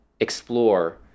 explore